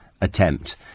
attempt